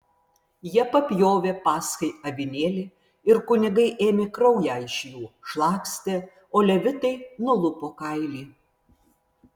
jie papjovė paschai avinėlį ir kunigai ėmė kraują iš jų šlakstė o levitai nulupo kailį